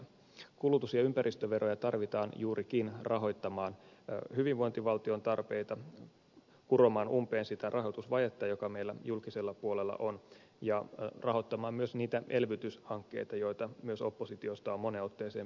kulutus ja ympäristöveroja tarvitaan juurikin rahoittamaan hyvinvointivaltion tarpeita kuromaan umpeen sitä rahoitusvajetta joka meillä julkisella puolella on ja rahoittamaan myös niitä elvytyshankkeita joita myös oppositiosta on moneen otteeseen peräänkuulutettu